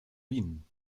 bienen